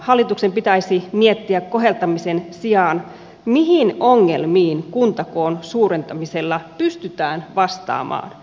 hallituksen pitäisi miettiä koheltamisen sijaan mihin ongelmiin kuntakoon suurentamisella pystytään vastaamaan